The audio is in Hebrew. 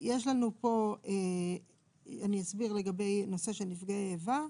אני אסביר לגבי נושא של נפגעי איבה.